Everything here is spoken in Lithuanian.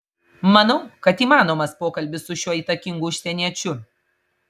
manau kad įmanomas pokalbis su šiuo įtakingu užsieniečiu